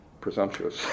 presumptuous